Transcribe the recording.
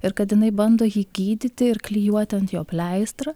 ir kad jinai bando jį gydyti ir klijuoti ant jo pleistrą